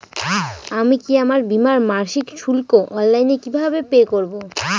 আমি কি আমার বীমার মাসিক শুল্ক অনলাইনে কিভাবে পে করব?